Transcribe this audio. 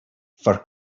for